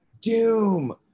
doom